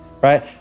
right